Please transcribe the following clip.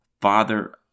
father